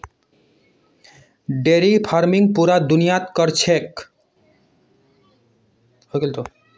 dairy farming पूरा दुनियात क र छेक